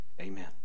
Amen